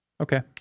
okay